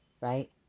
Right